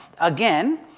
Again